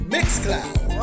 Mixcloud